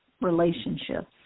relationships